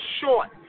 short